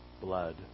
blood